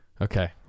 Okay